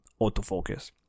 autofocus